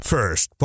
First